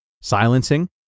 silencing